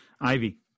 Ivy